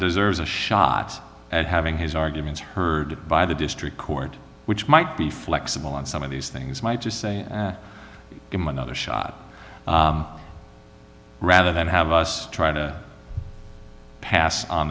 deserves a shot at having his arguments heard by the district court which might be flexible on some of these things might just say him another shot rather than have us try to pass on